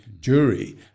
jury